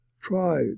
try